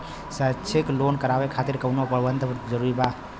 शैक्षणिक लोन करावे खातिर कउनो बंधक जरूरी बा?